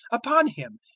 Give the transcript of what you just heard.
upon him,